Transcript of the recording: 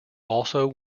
also